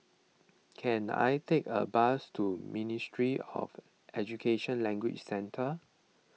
can I take a bus to Ministry of Education Language Centre